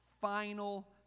final